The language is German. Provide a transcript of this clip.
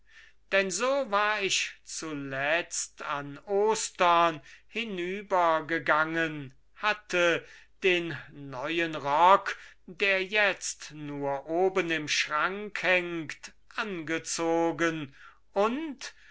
denn so war ich zuletzt an ostern hinübergegangen hatte den neuen rock der jetzt nur oben im schrank hängt angezogen und